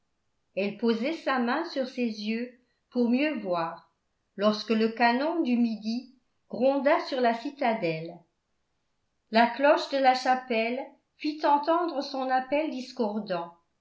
eriécreek elle posait sa main sur ses yeux pour mieux voir lorsque le canon du midi gronda sur la citadelle la cloche de la chapelle fit entendre son appel discordant